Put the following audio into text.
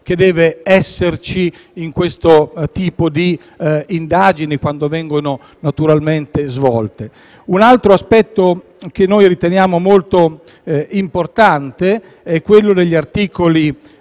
che deve esserci in questo tipo di indagini quando vengono svolte. Un altro aspetto che riteniamo molto importante è indicato negli articoli